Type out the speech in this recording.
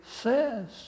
says